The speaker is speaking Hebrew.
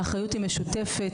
האחריות היא משותפת.